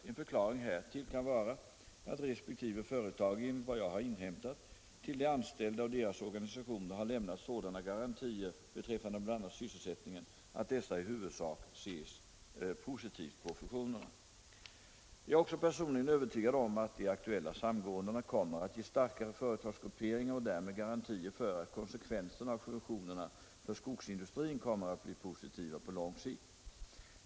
En förklaring härtill kan vara att resp. företag, enligt vad jag har inhämtat, till de anställda och deras organisationer har lämnat sådana garantier beträffande bl.a. sysselsättningen att dessa i huvudsak ser positivt på fusionerna. Jag är också personligen övertygad om att de aktuella samgåendena kommer att ge starkare företagsgrupperingar och därmed garantier för att konsekvenserna av fusionerna för skogsindustrin kommer att bli positiva på lång sikt.